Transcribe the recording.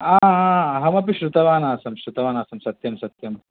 आ अ अहमपि श्रुतवान् आसम् श्रुतवान् आसम् सत्यं सत्यम्